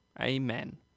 Amen